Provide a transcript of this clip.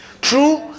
true